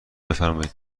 بفرمایید